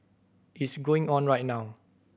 it's going on right now